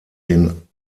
den